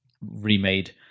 remade